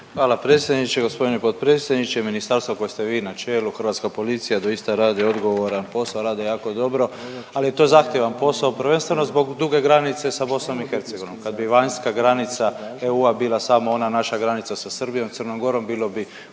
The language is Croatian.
Hvala predsjedniče. Gospodine potpredsjedniče ministarstvo kojem ste vi na čelu, hrvatska policija doista radi odgovoran posao, rade jako dobro, ali je to zahtjevan posao prvenstveno zbog duge granice sa BiH. Kad bi vanjska granica EU bila samo ona naša granica sa Srbijom, Crnom Gorom bilo bi